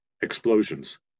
explosions